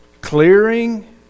clearing